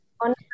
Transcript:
on